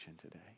today